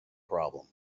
problem